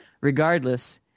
regardless